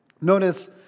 notice